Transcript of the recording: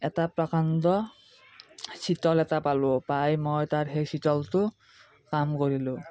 এটা প্ৰকাণ্ড চিতল এটা পালোঁ পাই মই তাত সেই চিতলটো কাম কৰিলোঁ